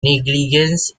negligence